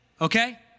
okay